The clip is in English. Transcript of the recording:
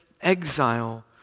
exile